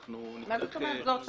מה זאת אומרת, זו עמדתכם?